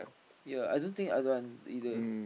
ya I don't think I don't want either